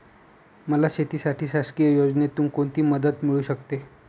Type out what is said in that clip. मला शेतीसाठी शासकीय योजनेतून कोणतीमदत मिळू शकते?